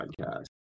Podcast